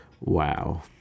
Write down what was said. Wow